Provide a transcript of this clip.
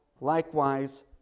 likewise